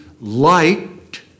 liked